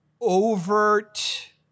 overt